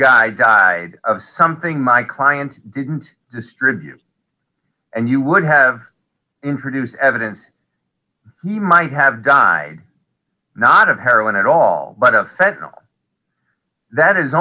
guy die of something my client didn't distribute and you would have introduced evidence he might have die not of heroin at all but a federal that is